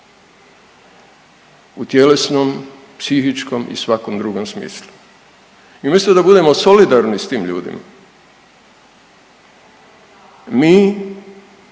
u tjelesnom, psihičkom i svakom drugom smislu i umjesto da budemo solidarni s tim ljudima mi,